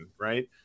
right